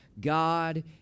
God